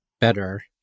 better